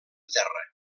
terra